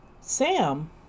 Sam